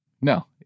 No